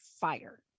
fire